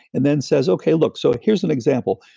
and then says, okay, look. so here's an example.